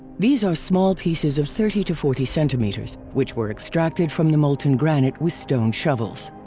these are small pieces of thirty to forty centimeters which were extracted from the molten granite with stone shovels.